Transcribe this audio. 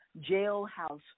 jailhouse